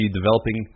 developing